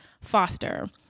Foster